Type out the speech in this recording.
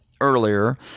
earlier